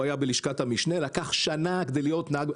הוא היה בלשכת המשנה לקח שנה כדי להיות נהג.